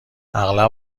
اغلب